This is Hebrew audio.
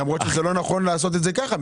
למרות שזה לא נכון לעשות את זה ככה,